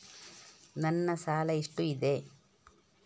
ನನ್ನ ಸಾಲ ಎಷ್ಟು ಇದೆ?